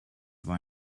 war